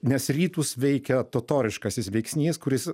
nes rytus veikia totoriškasis veiksnys kuris